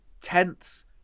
tenths